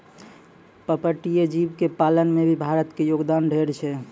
पर्पटीय जीव के पालन में भी भारत के योगदान ढेर छै